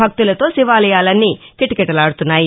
భక్తులతో శివాలయాలన్ని కిటకిటలాడుతున్నాయి